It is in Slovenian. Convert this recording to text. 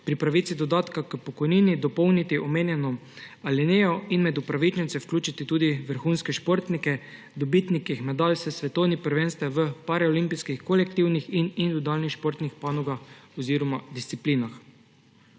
pri pravici do dodatka k pokojnini dopolniti omenjeno alinejo in med upravičence v ključiti tudi vrhunske športnike, dobitnike medalj s svetovnih prvenstev v paraolimpijskih kolektivnih in individualnih športnih panogah oziroma disciplinah.